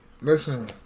listen